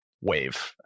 wave